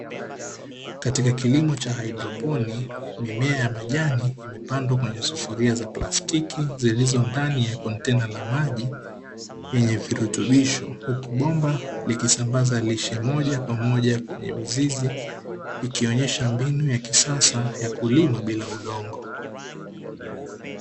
Katika kilimo cha haidroponi mimea ya majani imepandwa kwenye sufuria za plastiki zilizo ndani ya kontena la maji lenye virutubisho. Huku bomba likisambaza lishe moja kwa moja kwenye mizizi ikionyesha mbinu ya kisasa ya kulima bila udongo.